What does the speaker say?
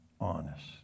honest